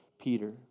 Peter